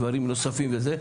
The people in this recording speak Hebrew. דברים נוספים וזה,